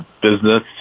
business